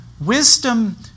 wisdom